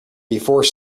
before